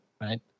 right